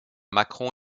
macron